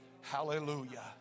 hallelujah